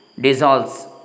dissolves